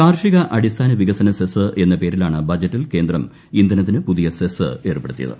കാർഷിക അടിസ്ഥാന വികസന സെസ് എന്ന പേരിലാണ് ബജറ്റിൽ കേന്ദ്രം ഇന്ധനത്തിന് പുതിയ സെസ് ഏർപ്പെടുത്തിയത്